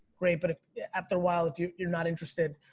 great but after awhile if you're not interested,